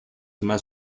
más